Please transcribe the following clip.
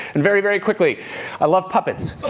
and very, very quickly i love puppets.